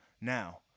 Now